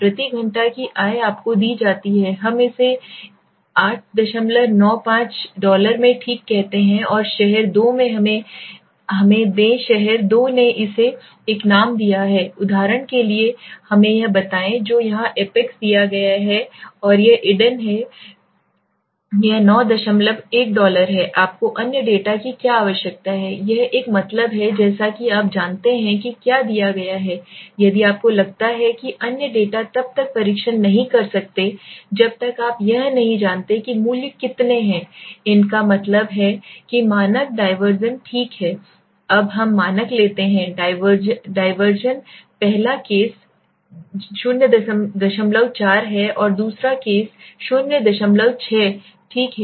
प्रति घंटा की आय आपको दी जाती है हम इसे 895 में ठीक कहते हैं और शहर 2 हमें दें शहर 2 ने इसे एक नाम दिया है उदाहरण के लिए हमें यह बताएं जो यहां एपेक्स दिया गया है और यह ईडन और है यह 91 डॉलर है आपको अन्य डेटा की क्या आवश्यकता है यह एक मतलब है जैसा कि आप जानते हैं कि क्या दिया गया है यदि आपको लगता है कि अन्य डेटा तब तक परीक्षण नहीं कर सकते जब तक आप यह नहीं जानते कि मूल्य कितने हैं इनका मतलब है कि मानक डायवर्जन ठीक है अब हम मानक लेते हैं डायवर्सन पहला केस 04 है और दूसरा केस 06 ठीक है